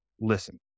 listen